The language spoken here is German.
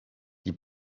die